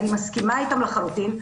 אני מסכימה איתם לחלוטין,